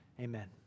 amen